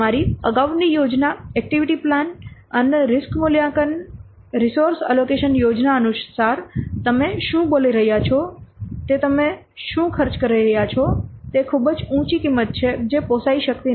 તમારી અગાઉની યોજના એક્ટિવિટી પ્લાન અને રીસ્ક મૂલ્યાંકન રિસોર્સ એલોકેશન યોજના અનુસાર તમે શું બોલી રહ્યાં છો તે તમે શું ખર્ચ કરી રહ્યા છો તે ખૂબ જ ઉંચી કિંમત છે જે પોસાઇ શકતી નથી